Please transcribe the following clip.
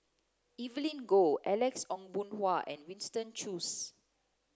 Evelyn Goh Alex Ong Boon Hau and Winston Choos